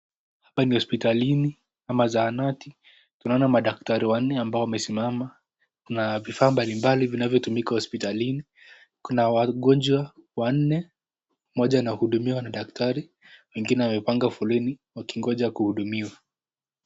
Hapa ni hospitalini ama zahanati, tunaona madaktari wanne ambao wanasimama, kuna vifaa mbalimbali zinazo patikana hospitalini, kuna wagonjwa wanne, moja anahudumiwa na daktari, wengine wamepanga foleni wakingoja kuhudumiwa.